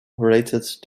rated